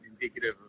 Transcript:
indicative